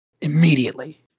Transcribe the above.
immediately